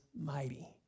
mighty